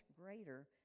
greater